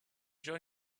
join